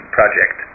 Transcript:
Project